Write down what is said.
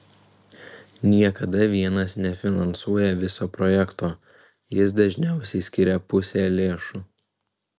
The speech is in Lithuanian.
niekada vienas nefinansuoja viso projekto jis dažniausiai skiria pusę lėšų